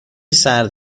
سرد